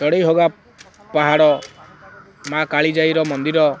ଚଢ଼େଇ ହଗା ପାହାଡ଼ ମାଆ କାଳିଜାଈର ମନ୍ଦିର